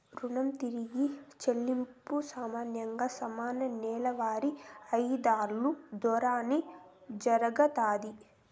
రుణం తిరిగి చెల్లింపు సామాన్యంగా సమాన నెలవారీ వాయిదాలు దోరానే జరగతాది